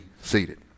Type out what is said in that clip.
seated